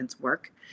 work